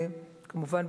כמובן,